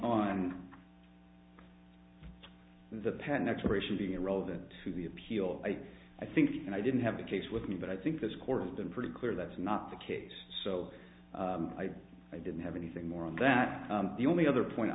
on the pen expiration being irrelevant to the appeal i think and i didn't have the case with me but i think this court has been pretty clear that's not the case so i didn't have anything more on that the only other point